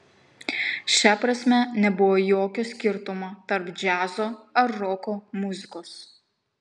šia prasme nebuvo jokio skirtumo tarp džiazo ar roko muzikos